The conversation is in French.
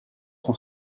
son